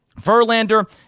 Verlander